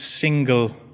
single